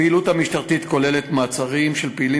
הפעילות המשטרתית כוללת מעצרים של פעילים